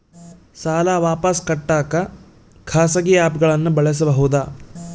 ಸಾಲ ವಾಪಸ್ ಕಟ್ಟಕ ಖಾಸಗಿ ಆ್ಯಪ್ ಗಳನ್ನ ಬಳಸಬಹದಾ?